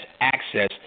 access